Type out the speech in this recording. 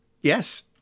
yes